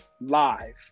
live